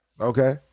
Okay